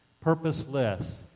purposeless